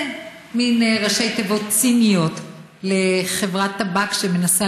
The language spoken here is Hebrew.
מין ראשי תיבות ציניים של חברת טבק שמנסה